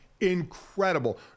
incredible